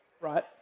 right